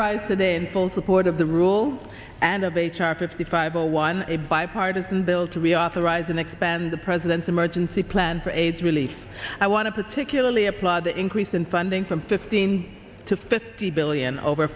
rise today in full support of the rule and of h r fifty five zero one a bipartisan bill to reauthorize and expand the president's emergency plan for aids relief i want to particularly applaud the increase in funding from fifteen to fifty billion over